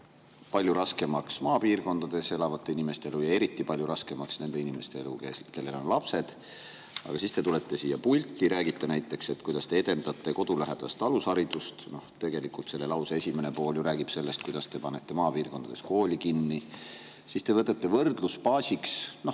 palju raskemaks maapiirkondades elavate inimeste elu ja eriti palju raskemaks nende inimeste elu, kellel on lapsed. Siis te tulete siia pulti ja räägite näiteks, kuidas te edendate kodulähedast alusharidust. Tegelikult selle lause esimene pool räägib sellest, et te panete maapiirkondades koole kinni. Siis te võtate võrdlusbaasiks